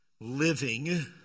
Living